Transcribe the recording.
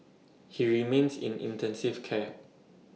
he remains in intensive care